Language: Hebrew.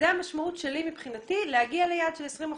זאת המשמעות שלי מבחינתי להגיע ליעד של 20 אחוזים.